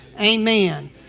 amen